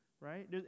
right